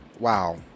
Wow